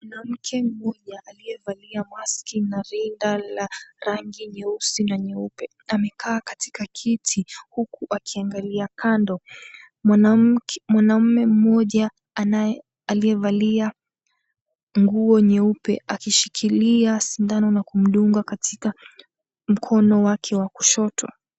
Mwanamke mmoja aliyevalia maski na rinda la rangi nyeusi na nyeupe, amekaa katika kiti huku akiangalia kando. Mwanaume mmoja aliyevalia nguo nyeupe akishikilia sindano na kumdunga katika mkono wake wa kushoto.